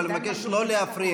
אבל אני מבקש לא להפריע.